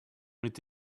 mit